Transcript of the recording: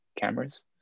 cameras